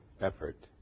effort